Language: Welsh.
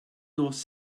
nos